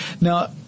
Now